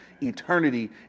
Eternity